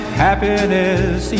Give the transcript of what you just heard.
happiness